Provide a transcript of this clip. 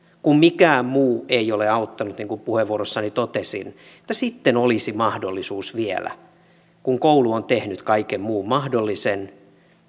kun mikään muu ei ole auttanut niin kuin puheenvuorossani totesin niin sitten olisi vielä mahdollisuus kun koulu on tehnyt kaiken muun mahdollisen